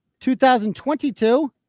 2022